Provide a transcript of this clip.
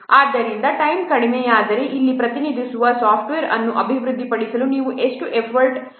ಆದ್ದರಿಂದ ಟೈಮ್ ಕಡಿಮೆಯಾದರೆ ಇಲ್ಲಿ ಪ್ರತಿನಿಧಿಸುವ ಸಾಫ್ಟ್ವೇರ್ ಅನ್ನು ಅಭಿವೃದ್ಧಿಪಡಿಸಲು ನೀವು ಎಷ್ಟು ಹೆಚ್ಚು ಎಫರ್ಟ್ಗಳನ್ನು ಮಾಡಬೇಕಾಗುತ್ತದೆ